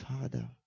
Father